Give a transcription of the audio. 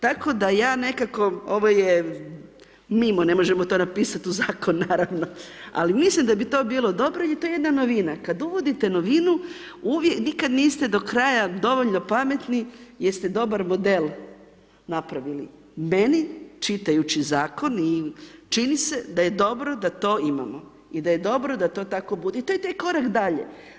Tako da ja nekako ovo je mimo ne možemo to napisat u zakon, ali mislim da bi to bilo dobro jer je to jedna novina, kad uvodite novinu uvijek nikad niste do kraja dovoljno pametni jeste dobar model napravili, meni čitajući zakon i čini se da je dobro da to imamo i da je dobro da to tako bude i to je taj korak dalje.